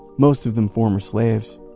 most of them former slaves.